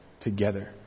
together